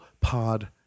pod